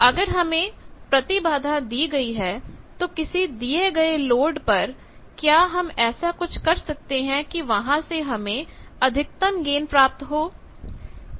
अगर हमें प्रतिबाधा दी गई है तो किसी दिए गए लोड पर क्या हम ऐसा कुछ कर सकते हैं कि वहां से हमें अधिकतम गेन प्राप्त हो